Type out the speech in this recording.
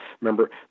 Remember